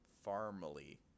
family